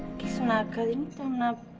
not curling up,